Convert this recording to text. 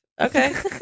okay